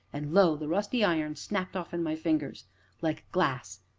and lo! the rusty iron snapped off in my fingers like glass,